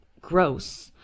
gross